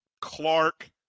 Clark